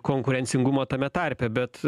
konkurencingumo tame tarpe bet